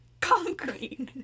concrete